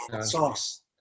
sauce